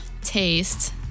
taste